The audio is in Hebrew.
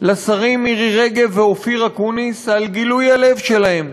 לשרים מירי רגב ואופיר אקוניס על גילוי הלב שלהם,